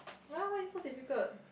why why so difficult